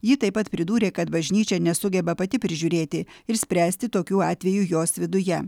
ji taip pat pridūrė kad bažnyčia nesugeba pati prižiūrėti ir spręsti tokių atvejų jos viduje